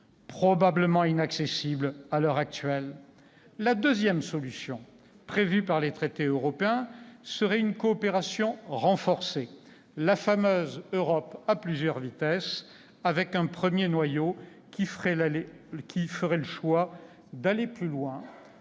probablement inaccessible à l'heure actuelle. La deuxième solution, prévue par les traités européens, résiderait dans une coopération renforcée, la fameuse « Europe à plusieurs vitesses » avec un premier noyau qui ferait le choix d'aller plus loin,